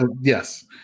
Yes